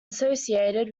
associated